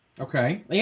Okay